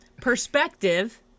Perspective